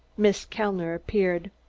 miss kellner appeared.